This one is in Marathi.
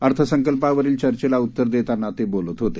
अर्थसंकल्पावरील चर्चेला उत्तर देताना ते बोलत होते